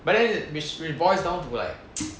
but then which we boils down to like